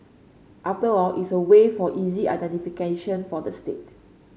after all it's a way for easy identification for the state